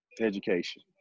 Education